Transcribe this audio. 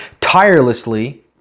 tirelessly